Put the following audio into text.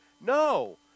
No